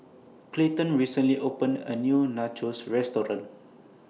Clayton recently opened A New Nachos Restaurant